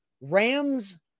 Rams